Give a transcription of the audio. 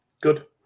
Good